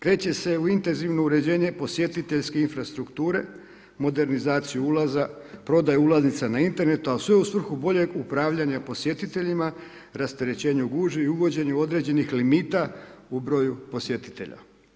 Kreće se u intenzivno uređenje posjetiteljske infrastrukture, modernizaciju ulaza, prodaju ulaznica na internetu, a u sve u svrhu boljeg upravljanja posjetiteljima, rasterećenju gužvi i uvođenju određenih limita u broju posjetitelja.